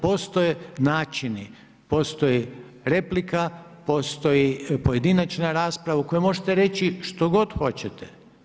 Postoje načini, postoji replika, postoji pojedinačna rasprava u kojoj možete reći što god hoćete.